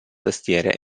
tastiere